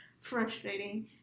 frustrating